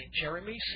Jeremy